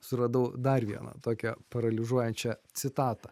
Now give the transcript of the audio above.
suradau dar vieną tokią paralyžiuojančią citatą